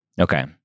Okay